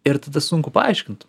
ir tada sunku paaiškint